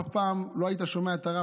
אף פעם לא היית שומע את הרב,